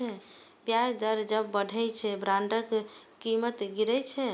ब्याज दर जब बढ़ै छै, बांडक कीमत गिरै छै